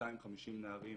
ה-250 נערים